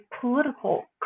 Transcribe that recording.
political